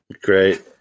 Great